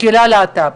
וקהילת הלהט"ב.